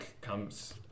comes